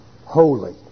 holy